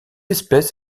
espèce